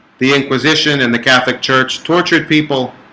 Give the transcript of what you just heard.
the inquisition and the catholic church tortured people